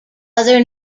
other